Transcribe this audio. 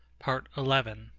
part eleven